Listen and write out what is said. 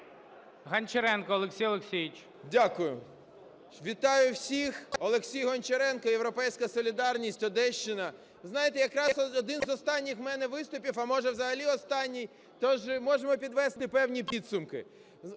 Гончаренко Олексій Олексійович. 13:56:56 ГОНЧАРЕНКО О.О. Дякую. Вітаю всіх! Олексій Гончаренко, "Європейська солідарність", Одещина. Знаєте, якраз один з останніх у мене виступів, а може взагалі останній, то ж можемо підвести певні підсумки.